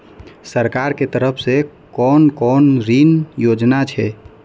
सरकार के तरफ से कोन कोन ऋण योजना छै?